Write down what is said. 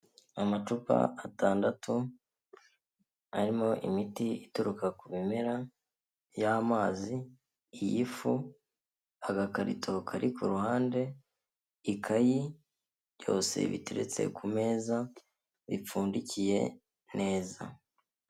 Amacupa atandatu arimo imiti ituruka ku bimera; y'amazi, iy'ifu, agakarito kari ku ruhande, ikayi byose biteretse ku meza bipfundikiye neza.